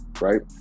right